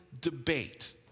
debate